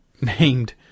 named